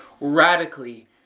radically